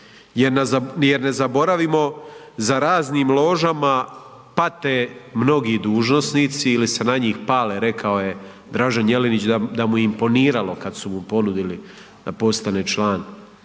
jer ne zaboravimo za raznim ložama pate mnogi dužnosnici ili se na njih pale, rekao je Dražen Jelenić da mu je imponiralo kada su mu ponudili da postane član